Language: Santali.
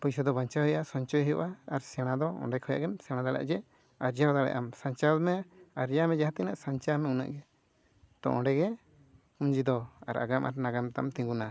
ᱯᱚᱭᱥᱟ ᱫᱚ ᱵᱟᱧᱪᱟᱣ ᱦᱩᱭᱩᱜᱼᱟ ᱥᱚᱧᱪᱚᱭ ᱦᱩᱭᱩᱜᱼᱟ ᱟᱨ ᱥᱮᱬᱟ ᱫᱚ ᱚᱸᱰᱮ ᱠᱷᱚᱱᱟᱜ ᱜᱮᱢ ᱥᱮᱬᱟ ᱫᱟᱲᱮᱭᱟᱜᱼᱟ ᱡᱮ ᱟᱨᱡᱟᱣ ᱫᱟᱲᱮᱭᱟᱢ ᱥᱟᱧᱪᱟᱣ ᱢᱮ ᱟᱨᱡᱟᱣ ᱢᱮ ᱡᱟᱦᱟᱸ ᱛᱤᱱᱟᱹᱜ ᱥᱟᱧᱪᱟᱣ ᱢᱮ ᱩᱱᱟᱹᱜ ᱜᱮ ᱛᱚ ᱚᱸᱰᱮ ᱜᱮ ᱯᱩᱸᱡᱤ ᱫᱚ ᱟᱨ ᱟᱜᱟᱢ ᱟᱨ ᱱᱟᱜᱟᱢ ᱛᱟᱢ ᱛᱤᱸᱜᱩᱱᱟ